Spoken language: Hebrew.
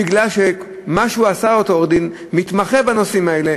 בגלל שמה שעשה אותו עורך-דין המתמחה בנושאים האלה,